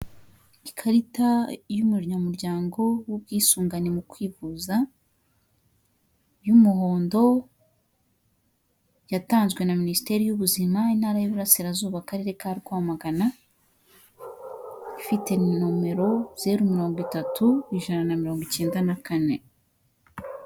Ikarita y'umunyamuryango w'ubwisungane mu kwivuza, y'umuhondo, yatanzwe na minisiteri y'ubuzima, intara y'Uburasirazuba, akarere ka Rwamagana, ifite nomero: zeru mirongo itatu, ijana na mirongo icyenda na kane.